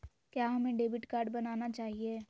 क्या हमें debit card बनाना चाहिए?